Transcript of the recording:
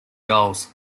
goals